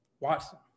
Watson